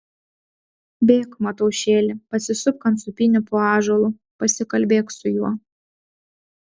bėk mataušėli pasisupk ant sūpynių po ąžuolu pasikalbėk su juo